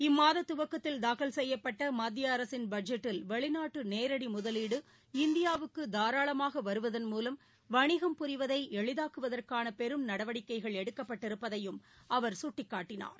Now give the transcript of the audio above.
இம்மாத துவக்கத்தில் தாக்கல் செய்யப்பட்ட மத்திய அரசின் பட்ஜெட்டில் வெளிநாட்டு நேரடி முதலீடு இந்தியாவுக்கு தாராளமாக வருவதன் மூலம் வணிகம் புரிவதை ் எளிதாக்குவதற்கான பெரும் நடவடிக்கைகள் எடுக்கப்பட்டிருப்பதையும் அவர் சுட்டிக்காட்டினார்